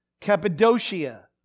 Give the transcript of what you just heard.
Cappadocia